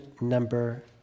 number